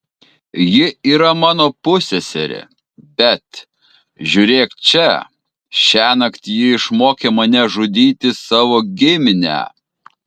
ji yra mano pusseserė bet žiūrėk čia šiąnakt ji išmokė mane žudyti savo giminę